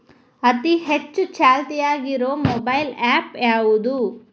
ಅತಿ ಹೆಚ್ಚ ಚಾಲ್ತಿಯಾಗ ಇರು ಮೊಬೈಲ್ ಆ್ಯಪ್ ಯಾವುದು?